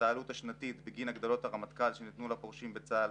העלות השנתית בגין הגדלות הרמטכ"ל שניתנו לפורשים בצה"ל